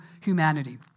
humanity